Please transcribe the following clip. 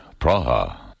Praha